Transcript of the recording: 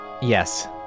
Yes